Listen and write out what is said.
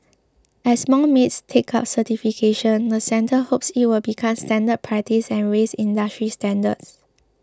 as more maids take up certification the centre hopes it will become standard practice and raise industry standards